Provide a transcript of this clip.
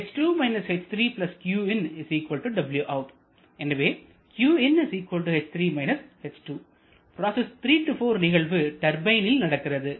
எனவே பிராசஸ் 3 4 நிகழ்வு டர்பைனில் நடக்கிறது